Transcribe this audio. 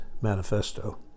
Manifesto